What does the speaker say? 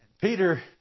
Peter